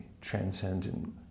transcendent